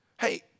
Hey